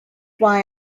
why